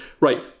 right